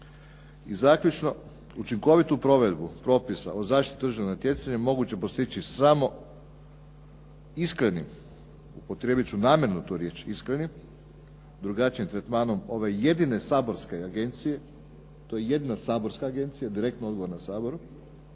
I zaključno, učinkovitu provedbu propisa o zaštiti tržišnog natjecanja moguće je postići samo iskrenim, upotrijebiti ću namjerno tu riječ, iskrenim, drugačijim tretmanom ove jedine saborske agencije to je jedina saborska agencija, direktno odgovorna Saboru,